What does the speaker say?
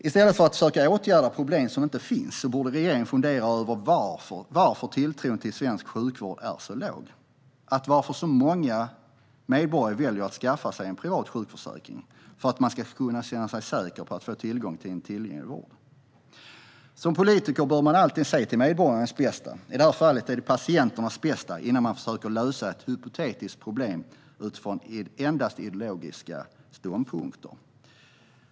I stället för att försöka åtgärda problem som inte finns borde regeringen fundera över varför tilltron till svensk sjukvård är så låg och varför så många medborgare väljer att skaffa sig en privat sjukförsäkring för att känna sig säkra på att få tillgång till en tillgänglig vård. Som politiker bör man alltid se till medborgarnas bästa, i detta fall patienternas bästa, innan man försöker lösa ett hypotetiskt problem utifrån endast ideologiska ståndpunkter.